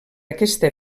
aquesta